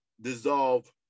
dissolve